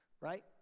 right